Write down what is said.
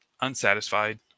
unsatisfied